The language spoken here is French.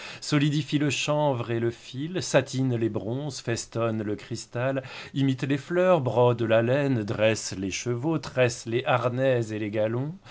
solidifie le chanvre et le fil satine les bronzes festonne le cristal imite les fleurs brode la laine dresse les chevaux tresse les harnais et les galons